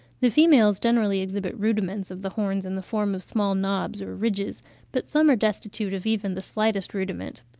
the females generally exhibit rudiments of the horns in the form of small knobs or ridges but some are destitute of even the slightest rudiment.